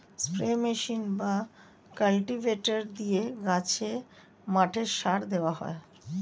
spray machine বা cultivator দিয়ে গাছে, মাঠে সার দেওয়া হয়